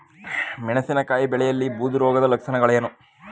ಮೆಣಸಿನಕಾಯಿ ಬೆಳೆಯಲ್ಲಿ ಬೂದು ರೋಗದ ಲಕ್ಷಣಗಳೇನು?